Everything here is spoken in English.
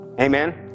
Amen